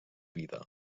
vida